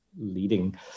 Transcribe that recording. leading